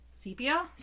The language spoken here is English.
sepia